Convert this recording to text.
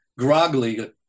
Groggly